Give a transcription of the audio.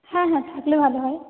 হ্যাঁ হ্যাঁ থাকলে ভালো হয়